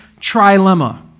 trilemma